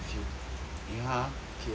okay ah